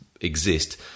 exist